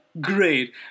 Great